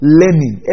learning